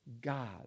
God